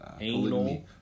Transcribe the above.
Anal